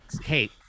hey